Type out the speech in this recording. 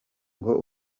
ngo